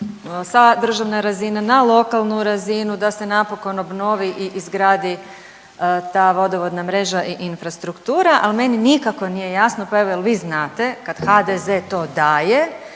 sa državne razine na lokalnu razinu, da se napokon obnovi i izgradi ta vodovodna mreža i infrastruktura. Ali meni nikako nije jasno pa evo jel' vi znate da HDZ to daje.